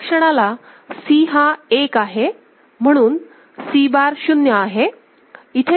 ह्या क्षणाला C हा 1 आहे म्हणून C बार 0 आहे